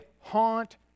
haunt